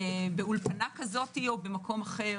באולפנה או במקום אחר,